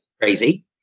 crazy